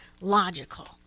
logical